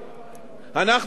אנחנו, אדוני היושב-ראש,